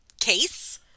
case